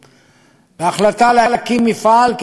ההחלטה להקים מפעל כדי לייצר